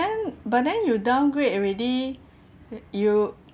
but then you downgrade already a~ you